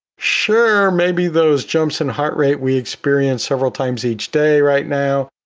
sure, maybe those jumps in heart rate we experience several times each day right now.